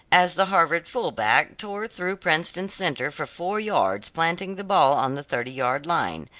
as the harvard fall-back tore through princeton's centre for four yards planting the ball on the thirty-yard line,